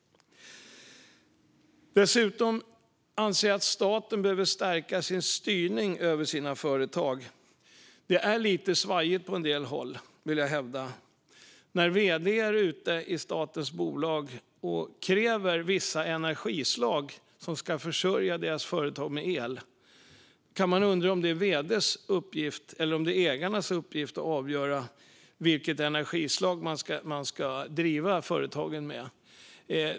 Dessutom anser jag att staten behöver stärka sin styrning över sina företag, för jag vill hävda att det är lite svajigt på en del håll. När vd:ar i statens bolag går ut och kräver vissa energislag som ska försörja deras företag med el kan man undra om det är vd:s eller ägarnas uppgift att avgöra vilket energislag man ska driva företagen med.